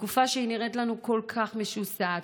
בתקופה שנראית לנו כל כך משוסעת,